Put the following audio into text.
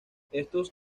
estos